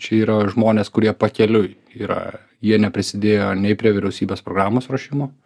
čia yra žmonės kurie pakeliui yra jie neprisidėjo nei prie vyriausybės programos ruošimo